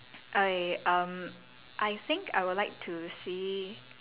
okay um I think I would like to see